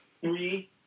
Three